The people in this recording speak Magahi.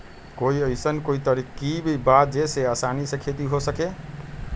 कोई अइसन कोई तरकीब बा जेसे आसानी से खेती हो सके?